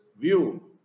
view